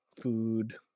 food